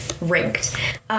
ranked